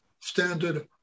standard